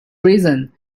reason